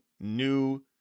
new